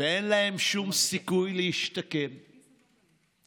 השיחות שלכם מפריעות.